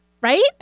Right